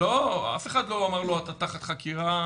אף אחד לא אמר לו - אתה תחת חקירה,